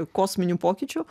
kosminių pokyčių